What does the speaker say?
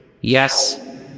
Yes